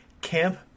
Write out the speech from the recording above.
Camp